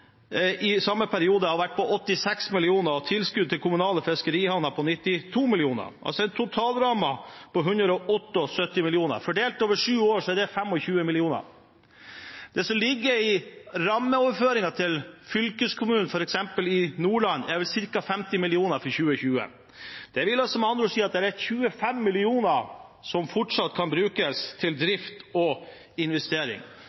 i samme periode har vært på 86 mill. kr og tilskudd til kommunale fiskerihavner på 92 mill. kr – altså en totalramme på 178 mill. kr. Fordelt over sju år blir det 25 mill. kr. Det som ligger i rammeoverføringen til fylkeskommunene i f.eks. Nordland, er vel ca. 50 mill. kr for 2020. Det vil med andre ord si at det er 25 mill. kr som fortsatt kan brukes til